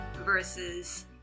versus